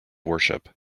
worship